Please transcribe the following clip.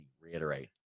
reiterate